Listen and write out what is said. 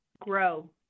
grow